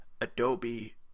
Adobe